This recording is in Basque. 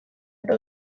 eta